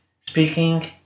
speaking